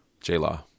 J-Law